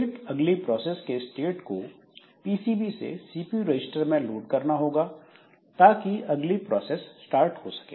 फिर अगली प्रोसेस के स्टेट को पीसीबी से सीपीयू रजिस्टर में लोड करना होगा ताकि अगली प्रोसेस स्टार्ट हो सके